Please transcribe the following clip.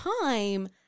time